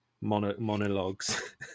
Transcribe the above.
monologues